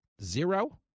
zero